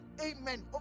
amen